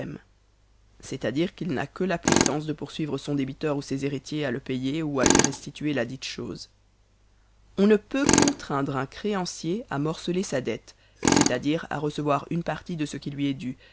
c'est-à-dire qu'il n'a que la puissance de poursuivre son débiteur ou ses successeurs à le payer ou à lui restituer la dite chose on ne peut contraindre un créancier à morceler sa dette c'est-à-dire à recevoir une partie de ce qui lui est dû